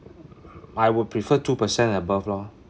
I would prefer two percent and above lor